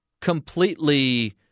completely